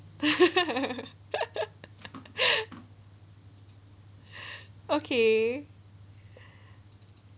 okay